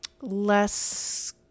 less